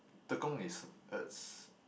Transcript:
Tekong is is